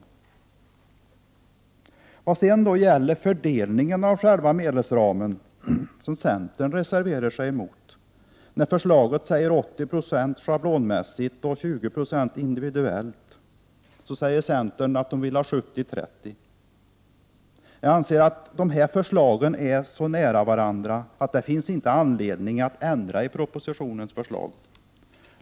Centern reserverar sig mot fördelningen av medelsramen med 80 9 schablonmässigt och 20 26 individuellt. Centern vill ha fördelningen 70 96 resp. 30 90. Jag anser att förslagen är så nära varandra att det inte finns anledning att ändra i propositionens förslag.